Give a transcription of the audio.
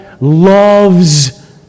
loves